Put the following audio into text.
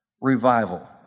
revival